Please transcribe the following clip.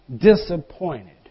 disappointed